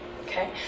okay